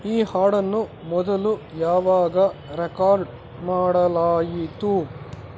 ಈ ಹಾಡನ್ನು ಮೊದಲು ಯಾವಾಗ ರೆಕಾರ್ಡ್ ಮಾಡಲಾಯಿತು